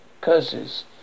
Curses